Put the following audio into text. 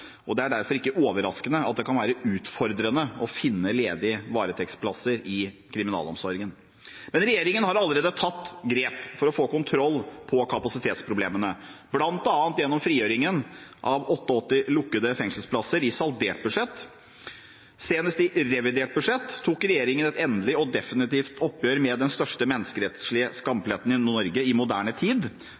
og det er derfor ikke overraskende at det kan være utfordrende å finne ledige varetektsplasser i kriminalomsorgen. Regjeringen har allerede tatt grep for å få kontroll på kapasitetsproblemene, bl.a. gjennom frigjøringen av 88 lukkede fengselsplasser i saldert budsjett. Senest i revidert budsjett tok regjeringen et endelig og definitivt oppgjør med den største menneskerettslige skampletten i Norge i moderne tid,